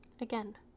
Again